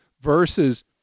versus